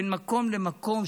בין מקום למקום,